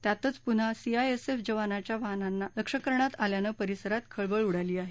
त्यातच पुन्हा सीआयएसएफ जवानांच्या वाहनांना लक्ष्य करण्यात आल्याने परिसरात खळबळ उडाली आहे